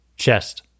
chest